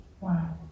Wow